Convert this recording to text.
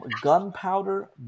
Gunpowder